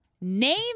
name